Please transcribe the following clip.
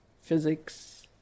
physics